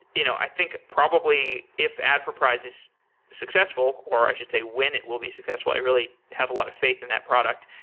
you know i think, probably, if adforprize is successful, or i should say when it will be successful. i really have a lot of faith in that product.